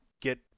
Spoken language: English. get